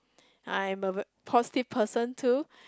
I'm a v~ positive person too